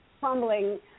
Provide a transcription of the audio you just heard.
fumbling